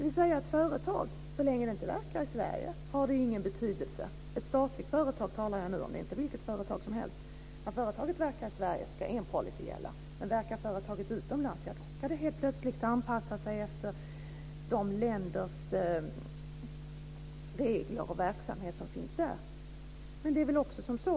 När ett företag - jag talar nu om ett statligt företag, det är inget företag vilket som helst - verkar i Sverige ska en policy gälla, men om företaget verkar utomlands ska det helt plötsligt anpassa sig efter de regler som finns i dessa länder.